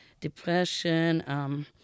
depression